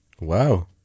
Wow